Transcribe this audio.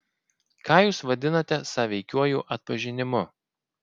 ką jūs vadinate sąveikiuoju atpažinimu